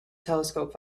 telescope